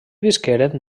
visqueren